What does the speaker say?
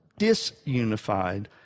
disunified